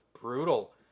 brutal